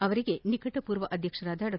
ಅವರಿಗೆ ನಿಕಟ ಪೂರ್ವ ಅಧ್ಯಕ್ಷರಾದ ಡಾ